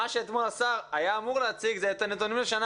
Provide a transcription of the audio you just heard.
מה שאתמול השר היה אמור להציג זה את הנתונים לשנה